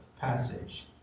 passage